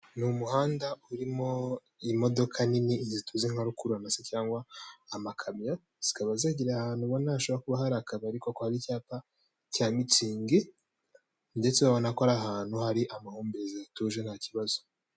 Ni umuhanda urimo imodoka nini izi tuzi nka rukururana se cyangwa amakamyo, zikaba zegereye ahantu ubona hashobora kuba hari akabari kuko hari icyapa cya mitsingi ndetse urabona ko ari ahantu hari amahumbezi hatuje ntakibazo.